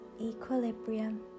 equilibrium